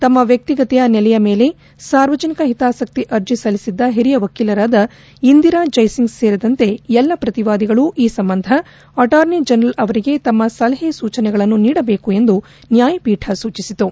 ತಮ್ನ ವಕ್ಷಿಗತ ನೆಲೆಯ ಮೇಲೆ ಸಾರ್ವಜನಿಕ ಹಿತಾಸಕ್ತಿ ಅರ್ಜಿ ಸಲ್ಲಿಸಿದ್ದ ಹಿರಿಯ ವಕೀಲರಾದ ಇಂದಿರಾ ಜೈಸಿಂಗ್ ಸೇರಿದಂತೆ ಎಲ್ಲ ಪ್ರತಿವಾದಿಗಳು ಈ ಸಂಬಂಧ ಅಟಾರ್ನಿ ಜನರಲ್ ಅವರಿಗೆ ತಮ್ಮ ಸಲಹೆ ಸೂಚನೆಗಳನ್ನು ನೀಡಬೇಕು ಎಂದು ನ್ನಾಯಪೀಠ ಸೂಚಿಸಿತು